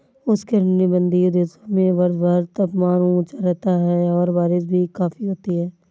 उष्णकटिबंधीय देशों में वर्षभर तापमान ऊंचा रहता है और बारिश भी काफी होती है